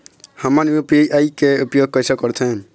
हमन यू.पी.आई के उपयोग कैसे करथें?